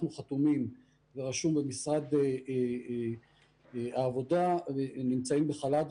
אנחנו חתומים ורשום במשרד העבודה נמצאים בחל"ת,